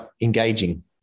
engaging